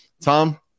Tom